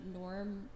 norm